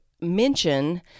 mention